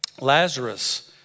Lazarus